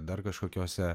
dar kažkokiose